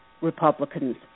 Republicans